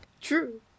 True